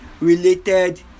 related